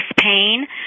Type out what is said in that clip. pain